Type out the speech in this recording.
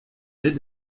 nés